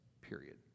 period